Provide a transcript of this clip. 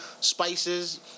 spices